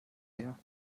her